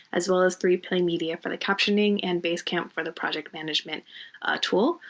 as well as three play media for the captioning and basecamp for the project management tool.